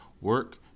Work